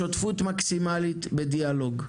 בשותפות מקסימלית ובדיאלוג.